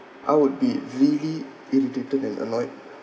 I would be really irritated and annoyed